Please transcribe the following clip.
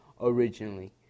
originally